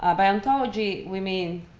ah by ontology, we mean,